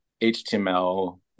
HTML